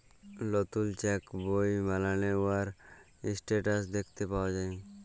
লতুল চ্যাক বই বালালে উয়ার ইসট্যাটাস দ্যাখতে পাউয়া যায়